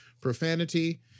profanity